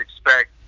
expect